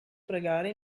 pregare